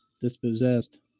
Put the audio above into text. dispossessed